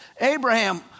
Abraham